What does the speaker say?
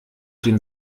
den